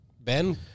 Ben